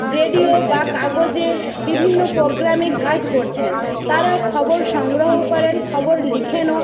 radio বা কাগজে বিভিন্ন পোগ্রামে কাজ করছেন তারাও খবর সংগ্রহও করেন খবর লিখেনও